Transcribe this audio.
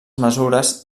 mesures